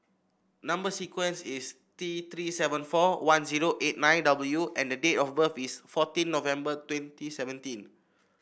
number sequence is T Three seven four one zero eight nine W and the date of birth is fourteen November twenty seventeen